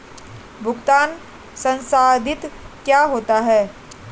भुगतान संसाधित क्या होता है?